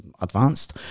advanced